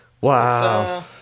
wow